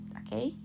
okay